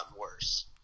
worse